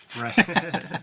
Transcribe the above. Right